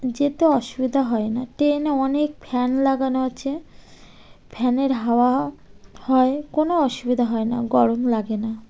যেতে অসুবিধা হয় না ট্রেনে অনেক ফ্যান লাগানো আছে ফ্যানের হাওয়া হয় কোনো অসুবিধা হয় না গরম লাগে না